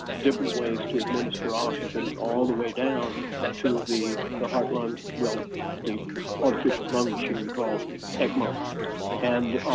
different ways to administer oxygen, all the way down to the the heart-lung, well the artificial lung machine called ecmo and